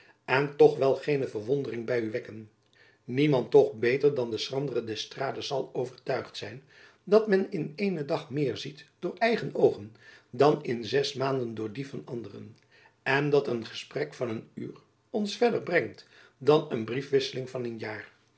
zal toch wel geene verwondering by u wekken niemand toch beter dan de schrandere d'estrades zal overtuigd zijn dat men in eenen dag meer ziet door eigen oogen dan in zes maanden door die van anderen en dat een gesprek van een uur ons verder brengt dan een briefwisseling van een jaar